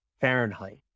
Fahrenheit